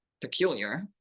peculiar